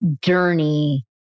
journey